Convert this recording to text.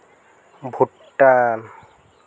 Bhutan